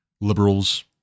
liberals